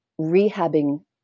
rehabbing